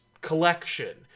collection